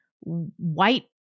white